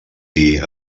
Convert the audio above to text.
dir